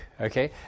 okay